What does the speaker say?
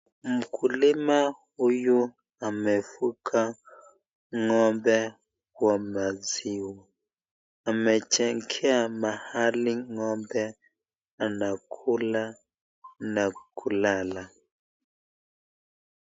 Mkulima huyu amefuga ngombe wa maziwa. Amejengea mahali ngombe anakula na kulala.